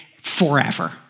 forever